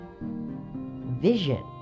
vision